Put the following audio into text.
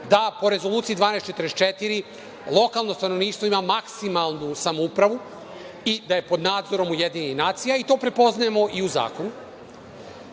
da po Rezoluciji 1244 lokalno stanovništvo ima maksimalnu samoupravu i da je pod nadzorom UN i to prepoznajemo i u zakonu.